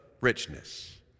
richness